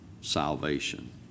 salvation